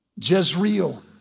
Jezreel